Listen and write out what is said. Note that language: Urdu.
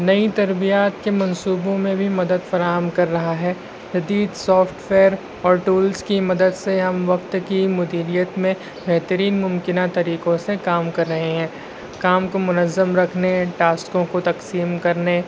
نئی تربیات کے منصوبوں میں بھی مدد فراہم کر رہا ہے جدید سافٹ ویئر اور ٹولس کی مدد سے ہم وقت کی مدیلیت میں بہترین ممکنہ طویقوں سے کام کر رہے ہیں کام کو منظم رکھنے ٹاسکوں کو تقسیم کرنے